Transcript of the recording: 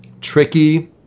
tricky